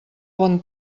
bon